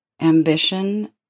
ambition